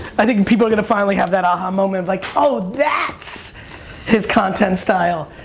i think people are gonna finally have that aah-ha moment of like, oh, that's his content style.